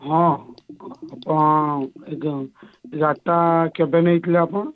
ହଁ ଆପଣ ଏ ଗାଡ଼ିଟା କେବେ ନେଇଥିଲେ ଆପଣ